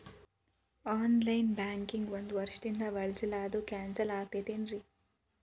On line banking ಒಂದ್ ವರ್ಷದಿಂದ ಬಳಸಿಲ್ಲ ಅದು ಕ್ಯಾನ್ಸಲ್ ಆಗಿರ್ತದೇನ್ರಿ?